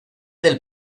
del